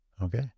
Okay